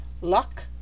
luck